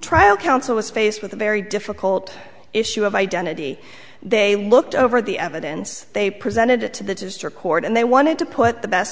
trial counsel is faced with a very difficult issue of identity they looked over the evidence they presented it to the district court and they wanted to put the best